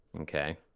Okay